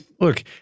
look